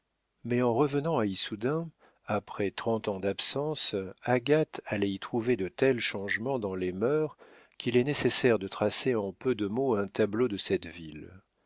mais en revenant à issoudun après trente ans d'absence agathe allait y trouver de tels changements dans les mœurs qu'il est nécessaire de tracer en peu de mots un tableau de cette ville